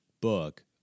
book